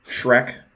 Shrek